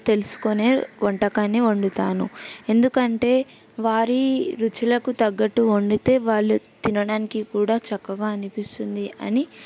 తెలుసుకునే వంటకాన్ని వండుతాను ఎందుకంటే వారి రుచులకు తగ్గట్టు వండితే వాళ్ళు తినడానికి కూడా చక్కగా అనిపిస్తుంది అని